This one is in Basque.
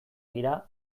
dira